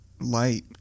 light